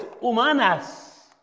humanas